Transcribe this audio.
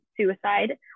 suicide